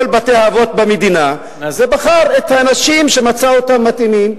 בתי-האבות במדינה ובחר את האנשים שמצא אותם מתאימים,